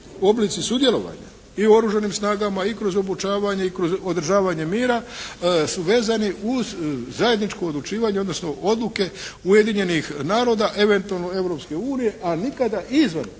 oblici sudjelovanja i u Oružanim snagama i kroz obučavanje i kroz održavanje mira su vezane uz zajedničko odlučivanje, odnosno odluke Ujedinjenih naroda eventualno Europske unije, a nikada izvan